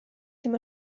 ddim